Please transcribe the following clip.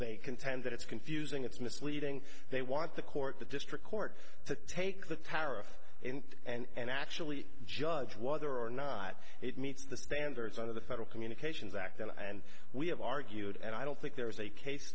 they contend that it's confusing it's misleading they want the court the district court to take the tariff and actually judge whether or not it meets the standards of the federal communications act and we have argued and i don't think there is a case